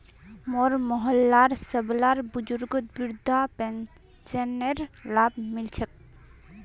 मोर मोहल्लार सबला बुजुर्गक वृद्धा पेंशनेर लाभ मि ल छेक